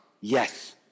Yes